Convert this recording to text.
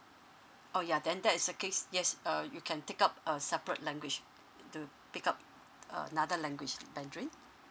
oh ya then that is the case yes err you can take up a separate language to pick up another language mandarin